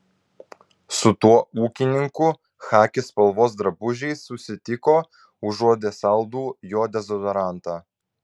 su tuo ūkininku chaki spalvos drabužiais susitiko užuodė saldų jo dezodorantą